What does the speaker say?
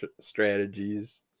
strategies